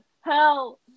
hell